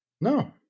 No